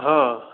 ହଁ